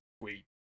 Wait